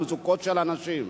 עם המצוקות של אנשים.